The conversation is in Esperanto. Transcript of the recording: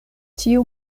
tiu